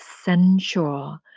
sensual